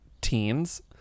teens